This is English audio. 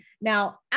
Now